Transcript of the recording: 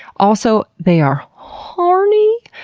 also, they are hooorny.